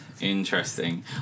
interesting